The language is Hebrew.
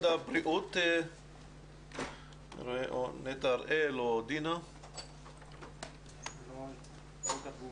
תודה לכם, איתכם כל הדרך.